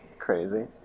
crazy